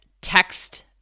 text